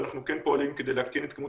ואנחנו כן פועלים כדי להקטין את כמות